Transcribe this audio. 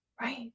Right